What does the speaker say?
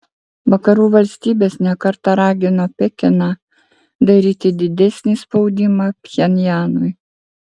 vakarų valstybės ne kartą ragino pekiną daryti didesnį spaudimą pchenjanui